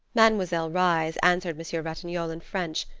mademoiselle reisz answered monsieur ratignolle in french,